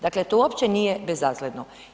Dakle, to uopće nije bezazleno.